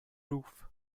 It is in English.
roof